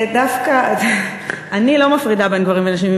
אני לא מפרידה בין גברים לנשים,